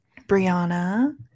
Brianna